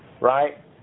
Right